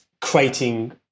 creating